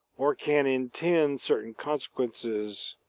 or can intend certain consequences,